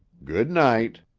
good-night.